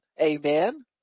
Amen